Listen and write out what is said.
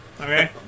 okay